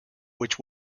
which